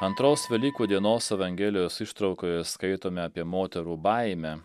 antros velykų dienos evangelijos ištraukoje skaitome apie moterų baimę